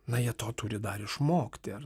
na jie to turi dar išmokti ar